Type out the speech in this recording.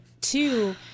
two